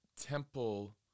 temple